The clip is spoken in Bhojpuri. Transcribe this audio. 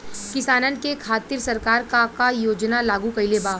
किसानन के खातिर सरकार का का योजना लागू कईले बा?